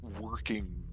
working